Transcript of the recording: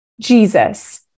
Jesus